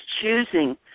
choosing